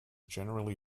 generally